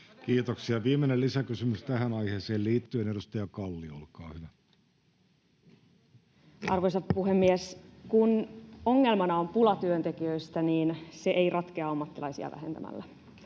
Kiitoksia. — Viimeinen lisäkysymys tähän aiheeseen liittyen. — Edustaja Kalli, olkaa hyvä. Arvoisa puhemies! Kun ongelmana on pula työntekijöistä, niin se ei ratkea ammattilaisia vähentämällä.